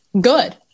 good